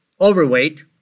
overweight